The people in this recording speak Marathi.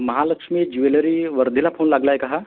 महालक्ष्मी ज्वेलरी वर्देला फोन लागला आहे का हा